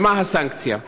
ומה הסנקציה?